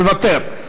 מוותר.